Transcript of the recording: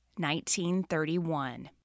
1931